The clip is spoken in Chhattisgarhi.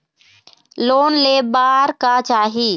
लोन ले बार का चाही?